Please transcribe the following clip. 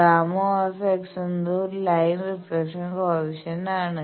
Γ എന്നത് ഒരു line reflection coefficient ആണ്